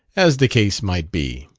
as the case might be.